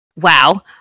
wow